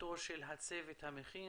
ופעילותו של הצוות המכין.